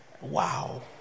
Wow